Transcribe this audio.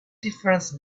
difference